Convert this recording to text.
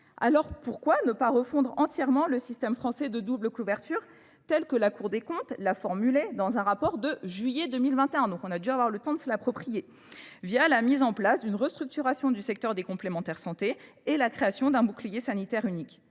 Alors pourquoi ne pas refondre entièrement le système français de double couverture, tel que la Cour des comptes l'a formulé dans un rapport de juillet 2021, via la mise en place d'une restructuration du secteur des complémentaires santé et la création d'un bouclier sanitaire unique ?